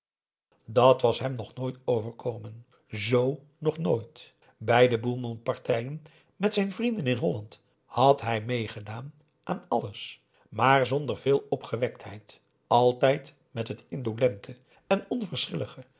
dat was hem nog nooit overkomen z nog nooit bij de boemelpartijen met zijn vrienden in holland had hij meegedaan aan alles maar zonder veel opgewektheid altijd met het indolente en onverschillige